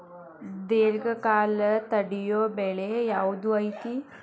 ದೇರ್ಘಕಾಲ ತಡಿಯೋ ಬೆಳೆ ಯಾವ್ದು ಐತಿ?